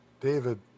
David